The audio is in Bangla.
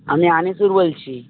আমি আনিসুর বলছি